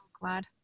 glad